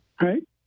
right